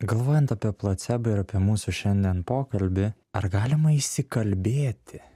galvojant apie placebą ir apie mūsų šiandien pokalbį ar galima įsikalbėti